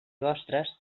vostres